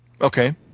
Okay